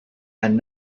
and